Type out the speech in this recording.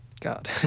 God